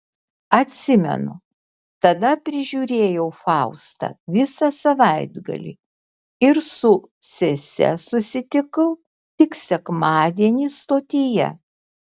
atsimenu tada prižiūrėjau faustą visą savaitgalį ir su sese susitikau tik sekmadienį stotyje